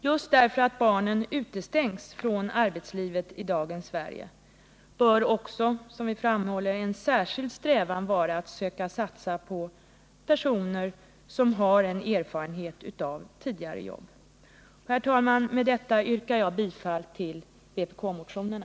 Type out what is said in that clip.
Just därför att barnen utestängs från arbetslivet i dagens Sverige bör också, som vi framhåller, en särskild strävan vara att man söker satsa på personer som har en erfarenhet av tidigare jobb. Herr talman! Med detta yrkar jag bifall till vpk-motionerna.